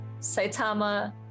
Saitama